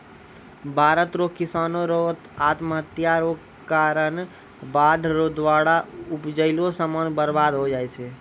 भारत रो किसानो रो आत्महत्या रो कारण बाढ़ रो द्वारा उपजैलो समान बर्बाद होय जाय छै